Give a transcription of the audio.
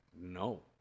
No